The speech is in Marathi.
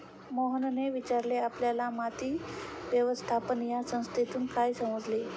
मोहनने विचारले आपल्याला माती व्यवस्थापन या संज्ञेतून काय समजले?